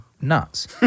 nuts